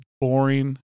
boring